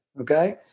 okay